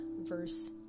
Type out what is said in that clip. verse